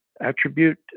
attribute